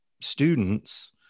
students